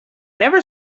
never